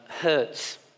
hurts